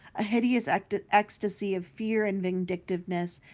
a hideous ecstasy ecstasy of fear and vindictiveness,